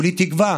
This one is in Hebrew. כולי תקווה